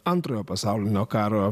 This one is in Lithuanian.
antrojo pasaulinio karo